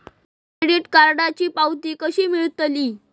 माझ्या क्रेडीट कार्डची पावती कशी मिळतली?